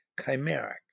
chimeric